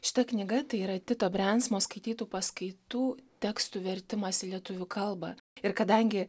šita knyga tai yra tito briansmo skaitytų paskaitų tekstų vertimas į lietuvių kalbą ir kadangi